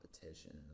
competition